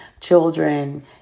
children